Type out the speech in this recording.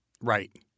right